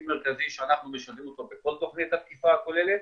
מרכזי שאנחנו משלבים אותו בכל תוכנית התקיפה הכוללת.